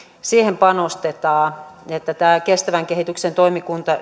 panostetaan ja tämä kestävän kehityksen toimikunta